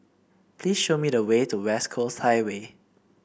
please show me the way to West Coast Highway